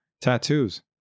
tattoos